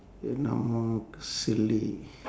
it no more silly